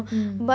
mm